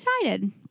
excited